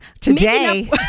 today